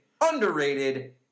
underrated